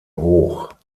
hoch